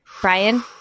Brian